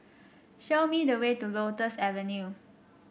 show me the way to Lotus Avenue